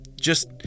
Just